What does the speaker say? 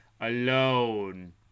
alone